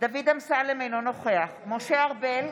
דוד אמסלם, אינו נוכח משה ארבל,